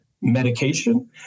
medication